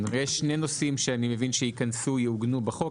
אני רק אגיד שיש שני נושאים שאני מבין שייכנסו ויעוגנו בחוק,